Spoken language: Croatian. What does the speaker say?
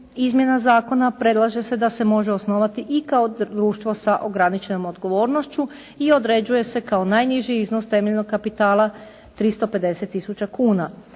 izmjena zakona predlaže se da se može osnovati i kao društvo sa ograničenom odgovornošću i određuje se kao najniži iznos temeljnog kapitala 350 tisuća kuna.